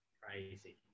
Crazy